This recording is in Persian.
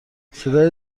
صدای